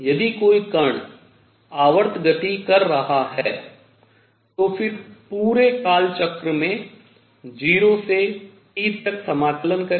यदि कोई कण आवर्त गति कर रहा है तो फिर पूरे काल चक्र में 0 से T तक समाकलन करें